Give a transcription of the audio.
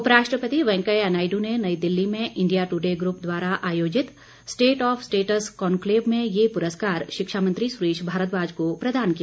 उप राष्ट्रपति वेंकैया नायडू ने नई दिल्ली में इंडिया टुडे ग्रुप द्वारा आयोजित स्टेट ऑफ स्टेटस कॉन्क्लेव में ये पुरस्कार शिक्षा मंत्री सुरेश भारद्वाज को प्रदान किया